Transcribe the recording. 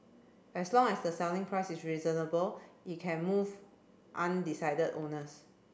as long as the selling price is reasonable it can move undecided owners